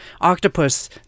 octopus